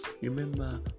Remember